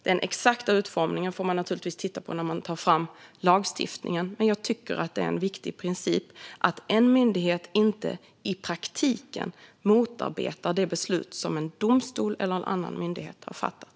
Den exakta utformningen får man naturligtvis titta på när man tar fram lagstiftningen, men jag tycker att det är en viktig princip att en myndighet inte i praktiken motarbetar det beslut som en domstol eller en annan myndighet har fattat.